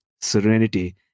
Serenity